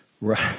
Right